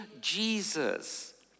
Jesus